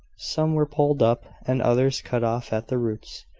some were pulled up, and others cut off at the roots.